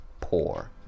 poor